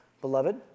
Beloved